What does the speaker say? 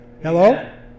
Hello